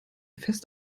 fest